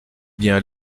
bien